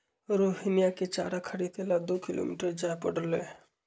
रोहिणीया के चारा खरीदे ला दो किलोमीटर जाय पड़लय